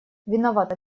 виновато